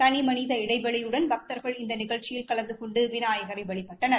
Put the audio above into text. தனிமனித இடைவெளியுடன் பக்தர்கள் இந்த நிகழ்ச்சியில் கலந்து கொண்டு விநாயகரை வழிபட்டனர்